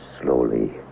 slowly